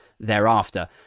Thereafter